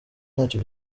ntacyo